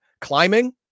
climbing